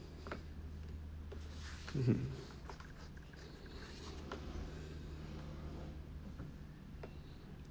mmhmm